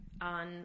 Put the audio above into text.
on